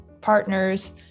partners